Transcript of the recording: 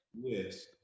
Yes